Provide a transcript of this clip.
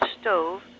stove